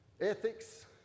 ethics